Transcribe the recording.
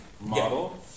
model